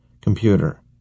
Computer